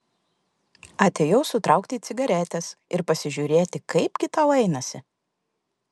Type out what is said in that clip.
atėjau sutraukti cigaretės ir pasižiūrėti kaipgi tau einasi